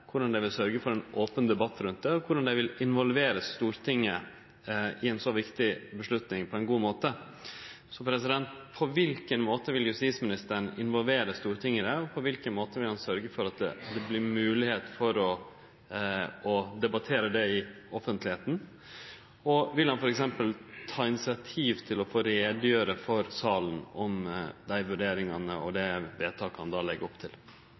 og korleis dei vil involvere Stortinget i ei så viktig avgjerd på ein god måte. Så på kva måte vil justisministeren involvere Stortinget i det, og på kva måte vil han sørgje for at det vert mogleg å debattere det offentleg? Vil han f.eks. ta initiativ til å leggje fram i salen dei vurderingane og det vedtaket han då legg opp til?